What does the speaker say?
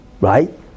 right